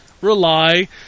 rely